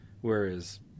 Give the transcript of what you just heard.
Whereas